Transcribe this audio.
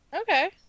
Okay